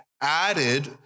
added